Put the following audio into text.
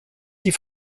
die